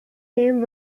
same